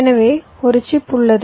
எனவே ஒரு சிப் உள்ளது